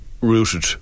rooted